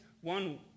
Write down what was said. one